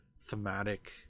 thematic